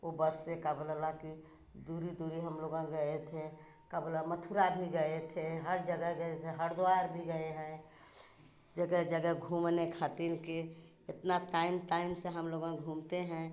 ओ बस से का बोला ला कि दूरी दूरी हम लोग गए थे का बोला मथुरा भी गए थे हर जगह गए थे हरिद्वार भी गए हैं जगह जगह घूमने खातिन कि इतना टाइम टाइम से हम लोग वहाँ घूमते हैं